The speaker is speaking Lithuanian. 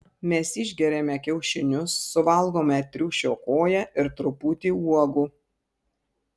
mes išgeriame kiaušinius suvalgome triušio koją ir truputį uogų